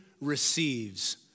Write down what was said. receives